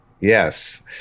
Yes